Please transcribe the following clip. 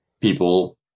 people